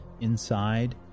Inside